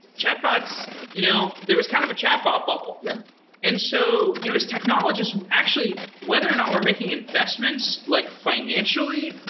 chat bots, you know there was kind of a chat bot bubble. yeah and so you know as technologists, actually, whether or not we're making investments, like financially,